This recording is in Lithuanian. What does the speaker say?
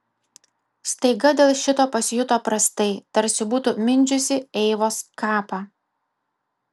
staiga dėl šito pasijuto prastai tarsi būtų mindžiusi eivos kapą